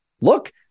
look